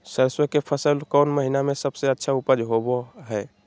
सरसों के फसल कौन महीना में सबसे अच्छा उपज होबो हय?